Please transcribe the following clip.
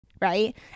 right